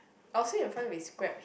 I will sit in front if Grab